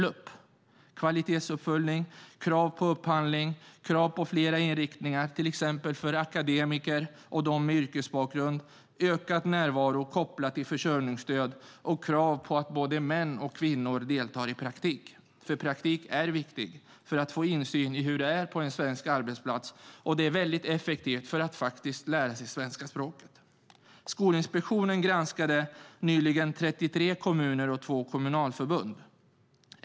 Det är kvalitetsuppföljning, krav på upphandling, krav på flera inriktningar, till exempel för akademiker och dem med yrkesbakgrund. Det är ökad närvarokontroll kopplad till försörjningsstöd och krav på att både män och kvinnor deltar i praktik. Praktik är viktig för att få insyn i hur det fungerar på en svensk arbetsplats, och det är effektivt för att lära sig svenska språket. Skolinspektionen granskade nyligen 33 kommuner och två kommunalförbund.